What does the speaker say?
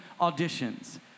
auditions